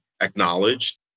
acknowledged